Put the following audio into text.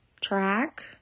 track